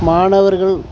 மாணவர்கள்